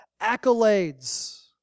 accolades